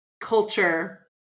culture